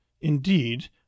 Indeed